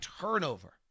turnover